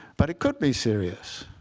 but it could be serious.